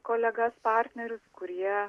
kolegas partnerius kurie